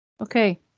Okay